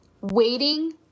waiting